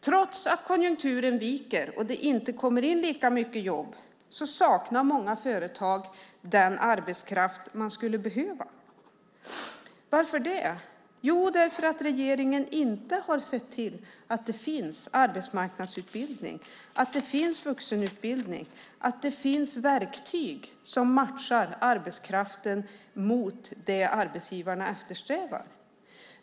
Trots att konjunkturen viker och det inte kommer in lika mycket jobb saknar många företag den arbetskraft de skulle behöva. Varför det? Jo, därför att regeringen inte har sett till att det finns arbetsmarknadsutbildning, vuxenutbildning och verktyg som matchar arbetskraften mot det arbetsgivarna efterfrågar.